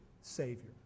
Savior